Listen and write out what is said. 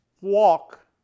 walk